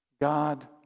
God